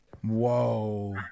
Whoa